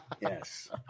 Yes